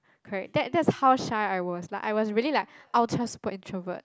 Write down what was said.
correct that that's how shy I was like I was really like ultra super introvert